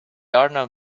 arnav